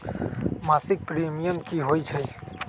मासिक प्रीमियम की होई छई?